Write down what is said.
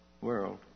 world